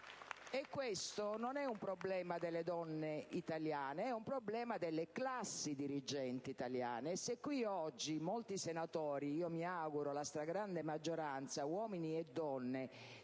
E questo non è un problema delle donne italiane, ma delle classi dirigenti italiane, e se qui oggi molti senatori - io mi auguro la stragrande maggioranza, uomini e donne